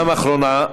פעם אחרונה,